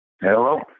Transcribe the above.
Hello